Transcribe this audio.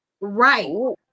Right